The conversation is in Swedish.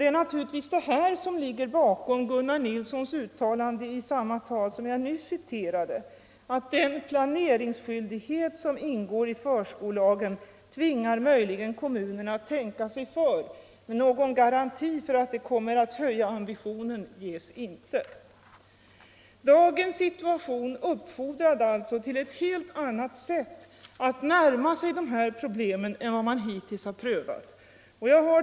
Det är naturligtvis allt detta som ligger bakom Gunnar Nilssons uttalande i samma tal som jag nyss citerade: ”Den planeringsskyldighet som ingår i förskollagen tvingar möjligen kommunerna att tänka sig för. Någon garanti för att det kommer att höja ambitionen ges inte.” Dagens situation uppfordrar alltså till ett helt annat sätt att närma sig problemen än man hittills har prövat.